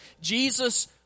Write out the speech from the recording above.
Jesus